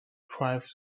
drive